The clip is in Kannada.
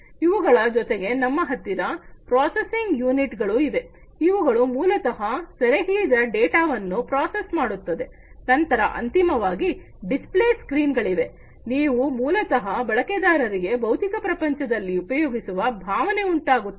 ಇವುಗಳ ಜೊತೆಗೆ ನಮ್ಮ ಹತ್ತಿರ ಪ್ರೋಸಸಿಂಗ್ ಯೂನಿಟ್ ಗಳು ಇದೆ ಇವುಗಳು ಮೂಲತಹ ಸೆರೆಹಿಡಿದ ಡೇಟಾವನ್ನು ಪ್ರೋಸಸ್ ಮಾಡುತ್ತದೆ ನಂತರ ಅಂತಿಮವಾಗಿ ಡಿಸ್ಪ್ಲೇ ಸ್ಕ್ರೀನ್ ಗಳಿವೆ ನೀವು ಮೂಲತಹ ಬಳಕೆದಾರರಿಗೆ ಭೌತಿಕ ಪ್ರಪಂಚದಲ್ಲಿ ಉಪಯೋಗಿಸುವ ಭಾವನೆ ಉಂಟಾಗುತ್ತದೆ